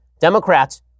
Democrats